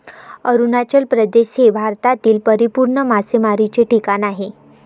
अरुणाचल प्रदेश हे भारतातील परिपूर्ण मासेमारीचे ठिकाण आहे